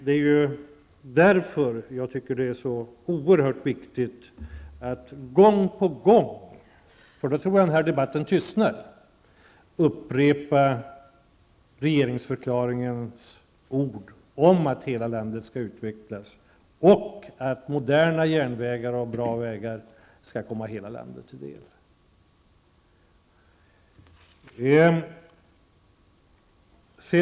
Därför tycker jag att det är oerhört viktigt att gång på gång -- på det viset tror jag alltså att den här uppkomna debatten tystnar -- upprepa vad som sägs i regeringsförklaringen om att hela landet skall utvecklas och att moderna järnvägar och bra vägar skall komma hela landet till del.